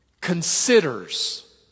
Considers